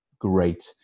great